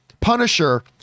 Punisher